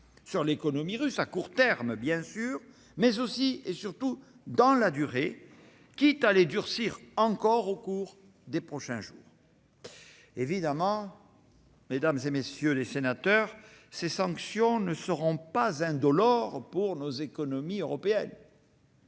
sur l'économie russe, à court terme bien sûr, mais aussi et surtout dans la durée, quitte à les durcir encore au cours des prochains jours. Évidemment, ces sanctions ne seront pas indolores pour les économies européennes.